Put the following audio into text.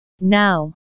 Now